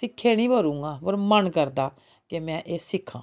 सिक्खे निं पर उ'आं पर मन करदा कि में एह् सिक्खां